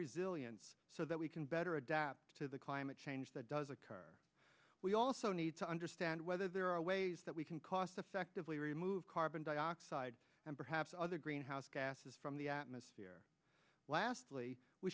resilience so that we can better adapt to the climate change that does occur we also need to understand whether there are ways that we can cost effectively remove carbon dioxide and perhaps other greenhouse gases from the atmosphere lastly we